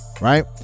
Right